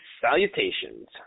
salutations